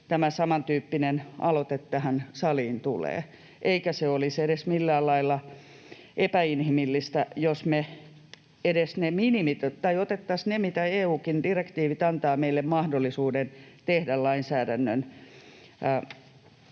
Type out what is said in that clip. tämä samantyyppinen aloite tähän saliin tulee. Eikä se olisi edes millään lailla epäinhimillistä, jos me otettaisiin edes ne tiukennukset, mitä EU-direktiivitkin antavat meille mahdollisuuden tehdä lainsäädäntöön. Ja siitä